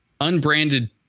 Unbranded